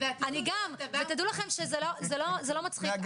אני גם, ותדעו לכם שזה לא מצחיק.